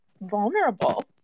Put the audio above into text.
vulnerable